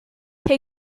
have